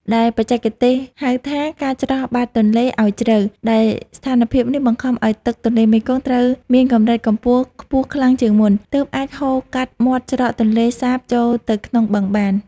ដែលបច្ចេកទេសហៅថា ការច្រោះបាតទន្លេឱ្យជ្រៅ ដែលស្ថានភាពនេះបង្ខំឱ្យទឹកទន្លេមេគង្គត្រូវមានកម្រិតកម្ពស់ខ្ពស់ខ្លាំងជាងមុន ទើបអាចហូរកាត់មាត់ច្រកទន្លេសាបចូលទៅក្នុងបឹងបាន។